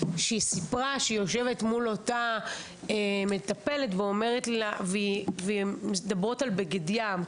שהיא סיפרה שהיא יושבת מול אותה מטפלת והן מדברות על בגד ים,